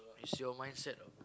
it's your mindset ah